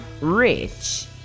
rich